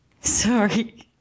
Sorry